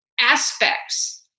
aspects